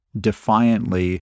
defiantly